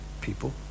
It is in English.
people